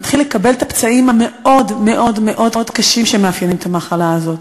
מתחיל לקבל את הפצעים המאוד-מאוד-מאוד קשים שמאפיינים את המחלה הזאת,